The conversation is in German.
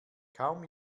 kaum